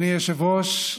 אדוני היושב-ראש,